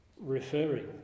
referring